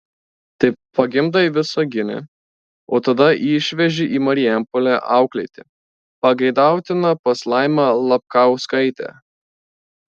tai pagimdai visagine o tada išveži į marijampolę auklėti pageidautina pas laimą lapkauskaitę